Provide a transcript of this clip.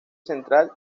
central